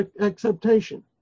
acceptation